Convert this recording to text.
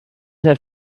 have